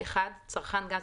(1)צרכן גז,